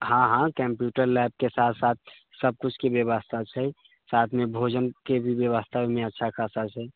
हाँ हाँ कम्प्यूटर लैबके साथ साथ सबकिछुके बेबस्था छै साथमे भोजनके भी बेबस्था ओहिमे अच्छा खासा छै